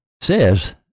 says